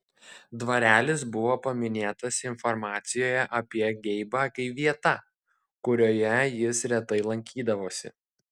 dvarelis buvo paminėtas informacijoje apie geibą kaip vieta kurioje jis retai lankydavosi